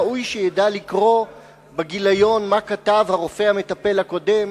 ראוי שידע לקרוא בגיליון מה כתב הרופא המטפל הקודם,